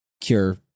cure